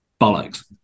Bollocks